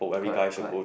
correct correct